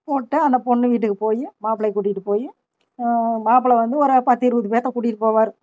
போட்டு அந்த பொண்ணு வீட்டுக்கு போய் மாப்பிளை கூட்டிகிட்டு போய் மாப்பிளை வந்து ஒரு பத்து இருபது பேற்ற கூட்டிகிட்டு போவார்